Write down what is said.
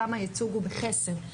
שם הייצוג הוא בחסר.